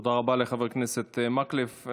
תודה רבה לחבר הכנסת מקלב.